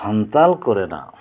ᱥᱟᱱᱛᱟᱞ ᱠᱚᱨᱮᱱᱟᱜ